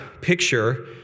picture